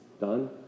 done